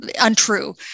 Untrue